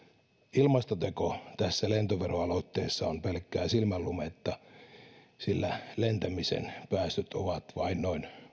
ilmastoteko tässä lentoveroaloitteessa on pelkkää silmänlumetta sillä lentämisen päästöt ovat vain noin